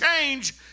change